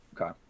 okay